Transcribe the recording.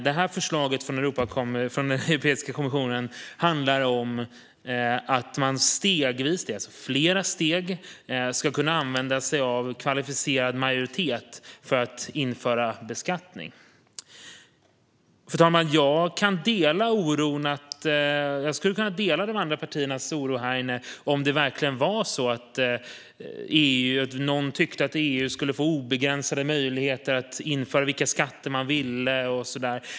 Det här förslaget från Europeiska kommissionen handlar om att man stegvis - det är alltså flera steg - ska kunna använda sig av kvalificerad majoritet för att införa beskattning. Jag skulle kunna dela oron hos de andra partierna här inne om det verkligen var så att någon tyckte att EU skulle få obegränsade möjligheter att införa vilka skatter man ville.